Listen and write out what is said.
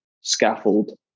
scaffold